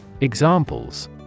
Examples